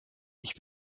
ich